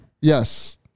Yes